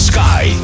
Sky